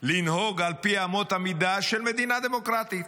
לנהוג על פי אמות המידה של מדינה דמוקרטית.